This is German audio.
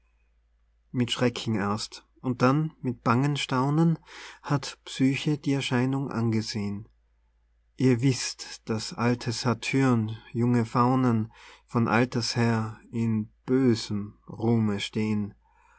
mit schrecken erst und dann mit bangem staunen hat psyche die erscheinung angesehn ihr wißt daß alte satyr'n junge faunen von alters her in bösem ruhme stehn